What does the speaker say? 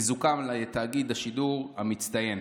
חיזוקם לתאגיד השידור המצטיין.